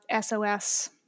SOS